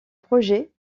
projets